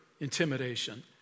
intimidation